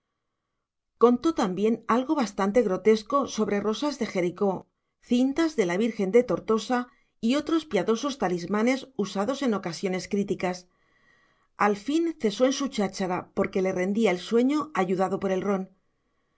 contó también algo bastante grotesco sobre rosas de jericó cintas de la virgen de tortosa y otros piadosos talismanes usados en ocasiones críticas al fin cesó en su cháchara porque le rendía el sueño ayudado por el ron